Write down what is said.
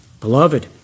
Beloved